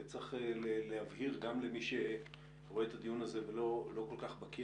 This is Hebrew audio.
צריך להבהיר למי שרואה את הדיון הזה ולא כל כך בקיא